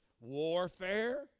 warfare